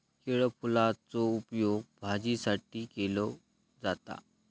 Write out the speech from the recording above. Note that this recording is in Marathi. केळफुलाचो उपयोग भाजीसाठी केलो जाता